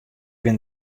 bin